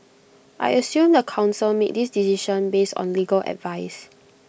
I assume the Council made this decision based on legal advice